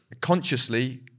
consciously